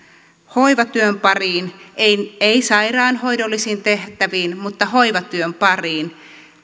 hoivatyön pariin ei ei sairaanhoidollisiin tehtäviin mutta hoivatyön pariin